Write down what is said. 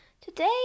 Today